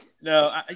no